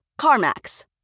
CarMax